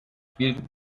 bir